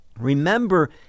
Remember